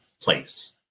place